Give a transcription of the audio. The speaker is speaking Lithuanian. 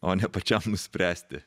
o ne pačiam nuspręsti